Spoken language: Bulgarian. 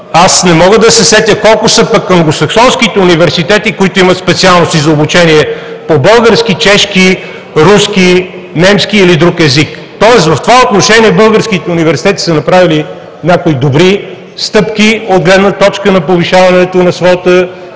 Аз не мога да се сетя колко са англосаксонските университети, които имат специалности за обучение по български, чешки, руски, немски или друг език. В това отношение българските университети са направили някои добри стъпки от гледна точка на повишаването на своята